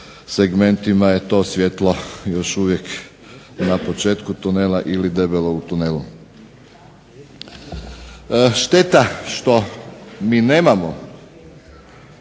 segmentima je to svjetlo još uvijek na početku tunela ili debelo u tunelu. Šteta što mi nemamo